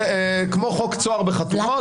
כמו חוק צוהר בחתונות.